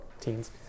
teens